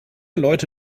leute